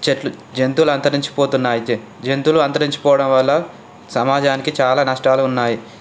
చెట్లు జంతువులు అంతరించిపోతున్నాయి జ జంతువులు అంతరించిపోవడం వల్ల సమాజానికి చాలా నష్టాలు ఉన్నాయి